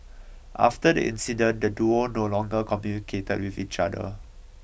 after the incident the duo no longer communicated with each other